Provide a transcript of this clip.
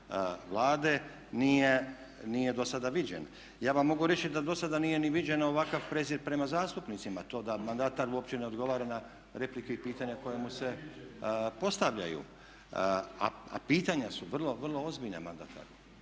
nije do sada viđen. Ja vam mogu reći da do sada nije ni ovakav prijezir prema zastupnicima, to da mandatar uopće ne odgovara na replike i pitanja koja mu se postavljaju, a pitanja su vrlo ozbiljna mandataru.